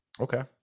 Okay